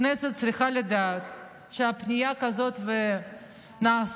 הכנסת צריכה לדעת שפנייה כזאת נעשתה,